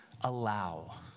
allow